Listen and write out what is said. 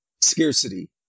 Scarcity